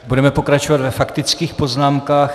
Budeme pokračovat ve faktických poznámkách.